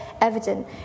evident